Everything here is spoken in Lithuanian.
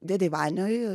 dėdėj vanioj